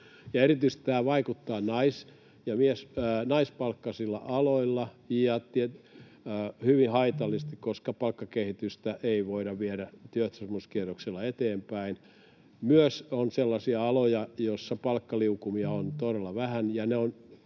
Erityisesti tämä vaikuttaa naispalkkaisilla aloilla ja hyvin haitallisesti, koska palkkakehitystä ei voida viedä työehtosopimuskierroksella eteenpäin. On myös sellaisia aloja, joilla palkkaliukumia on todella vähän,